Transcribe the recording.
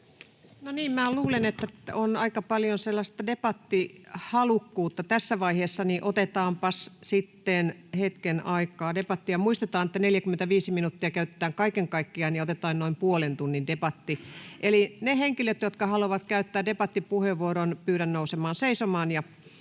luulen, että on aika paljon sellaista debattihalukkuutta tässä vaiheessa, joten otetaanpas sitten hetken aikaa debattia. Muistetaan, että 45 minuuttia käytetään kaiken kaikkiaan, ja otetaan noin puolen tunnin debatti. Eli niitä henkilöitä, jotka haluavat käyttää debattipuheenvuoron, pyydän nousemaan seisomaan